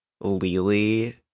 lily